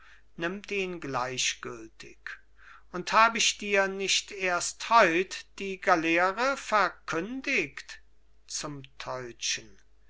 nimmt ihn gleichgültig und hab ich dir nicht erst heut die galeere verkündigt zum teutschen